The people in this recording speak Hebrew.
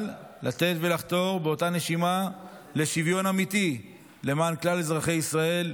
אבל לחתור באותה נשימה לשוויון אמיתי למען כלל אזרחי ישראל,